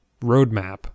roadmap